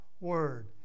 word